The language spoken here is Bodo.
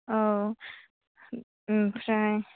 औ ओमफ्राय